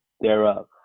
thereof